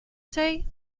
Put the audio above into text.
say